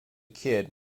kid